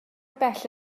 bell